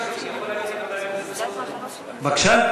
בבקשה?